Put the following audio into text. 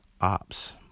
Ops